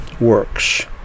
works